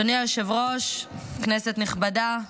אדוני היושב-ראש, כנסת נכבדה,